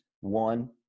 one